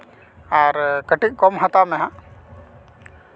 ᱟᱨ ᱠᱟᱹᱴᱤᱡ ᱠᱚᱢ ᱦᱟᱛᱟᱣ ᱢᱮᱦᱟᱜ